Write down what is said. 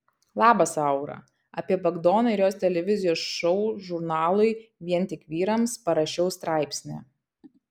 labas aura apie bagdoną ir jo televizijos šou žurnalui vien tik vyrams parašiau straipsnį